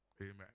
Amen